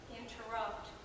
interrupt